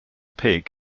pig